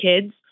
kids